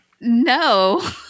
No